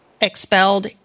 expelled